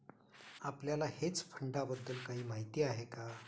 आपल्याला हेज फंडांबद्दल काही माहित आहे का?